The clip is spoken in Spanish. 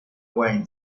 wayne